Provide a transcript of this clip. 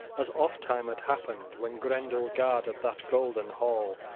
as ofttime had happened when grendel guarded that golden hall,